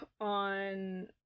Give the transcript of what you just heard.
on